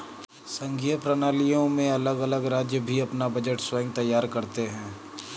संघीय प्रणालियों में अलग अलग राज्य भी अपना बजट स्वयं तैयार करते हैं